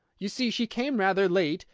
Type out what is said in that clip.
you see she came rather late,